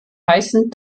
heißen